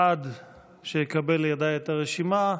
עד שאקבל לידיי את הרשימה,